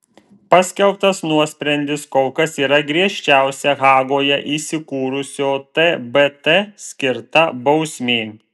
paskelbtas nuosprendis kol kas yra griežčiausia hagoje įsikūrusio tbt skirta bausmė